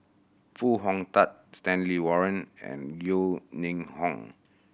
Foo Hong Tatt Stanley Warren and Yeo Ning Hong